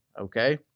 okay